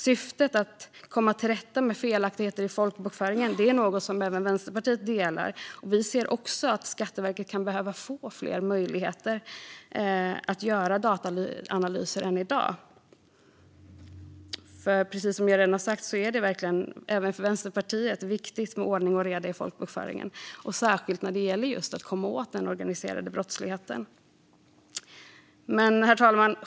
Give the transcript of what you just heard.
Syftet att komma till rätta med felaktigheter i folkbokföringen är något som även Vänsterpartiet delar, och vi ser också att Skatteverket kan behöva få fler möjligheter än i dag att göra dataanalyser. Precis som jag redan har sagt är det även för Vänsterpartiet viktigt med ordning och reda i folkbokföringen, särskilt när det gäller att komma åt den organiserade brottsligheten. Herr talman!